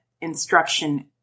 instruction